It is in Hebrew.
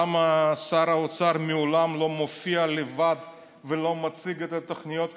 למה שר האוצר לעולם לא מופיע לבד ולא מציג את התוכניות הכלכליות,